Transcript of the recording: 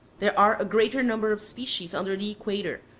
there are a greater number of species under the equator,